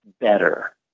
better